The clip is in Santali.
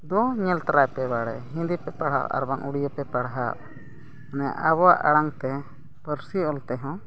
ᱫᱚ ᱧᱮᱞ ᱛᱟᱨᱟᱭ ᱯᱮ ᱵᱟᱲᱮ ᱦᱤᱱᱫᱤ ᱯᱮ ᱯᱟᱲᱦᱟᱜ ᱟᱨᱵᱟᱝ ᱩᱰᱤᱭᱟ ᱯᱮ ᱯᱟᱲᱦᱟᱜ ᱢᱟᱱᱮ ᱟᱵᱚᱣᱟᱜ ᱟᱲᱟᱝᱼᱛᱮ ᱯᱟᱹᱨᱥᱤ ᱚᱞ ᱛᱮᱦᱚᱸ